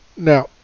Now